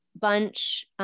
bunch